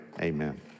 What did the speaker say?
amen